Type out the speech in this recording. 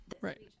Right